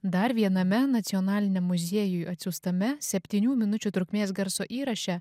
dar viename nacionaliniam muziejui atsiųstame septynių minučių trukmės garso įraše